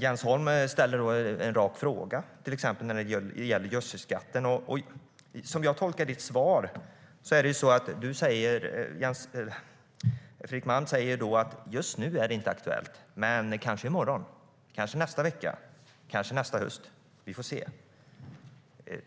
Jens Holm ställer då en rak fråga om till exempel gödselskatten.